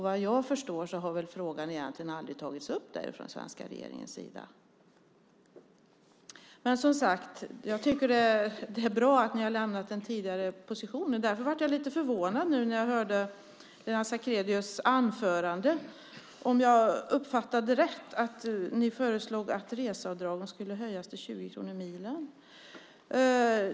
Vad jag förstår har frågan egentligen aldrig tagits upp där från den svenska regeringens sida. Men, som sagt, jag tycker att det är bra att ni har lämnat den tidigare positionen. Därför blev jag lite förvånad när jag hörde Lennart Sacrédeus anförande. Om jag uppfattade det rätt föreslog ni att reseavdragen skulle höjas till 20 kronor per mil.